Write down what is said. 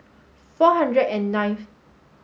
four hundred and ninth